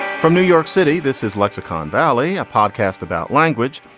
from new york city, this is lexicon valley, a podcast about language.